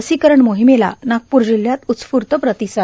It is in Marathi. लसीकरण मोहिमेला नागप्र जिल्हयात उत्स्फूर्त प्रतिसाद